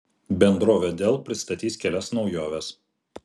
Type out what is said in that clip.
bendrovė dell pristatys kelias naujoves